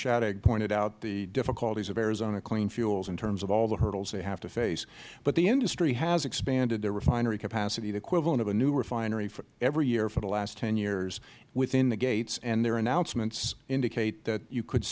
shadegg pointed out the difficulties of arizona clean fuels in terms of all the hurdles they have to face but the industry has expanded the refinery capacity the equivalent of a new refinery every year for the last ten years within the gates and their announcements indicate that you could